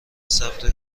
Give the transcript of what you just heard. ثبت